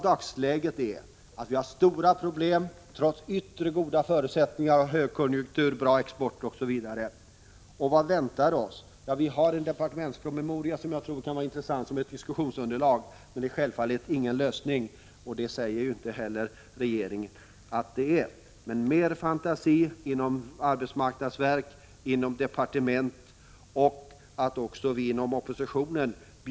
Dagsläget är att vi har stora problem trots yttre goda förutsättningar som högkonjunktur, bra export, osv. Vad väntar oss? Det finns en departementspromemoria som jag tror kan vara intressant som diskussionsunderlag, men den innehåller självfallet ingen lösning, och det säger inte heller regeringen att den gör. Det behövs mer fantasi inom arbetsmarknadsverket, i departementet och hos oss inom oppositionen.